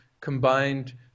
combined